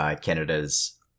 Canada's